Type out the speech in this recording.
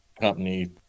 company